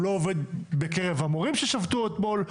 הוא לא עובד בקרב המורים ששבתו אתמול,